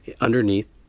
underneath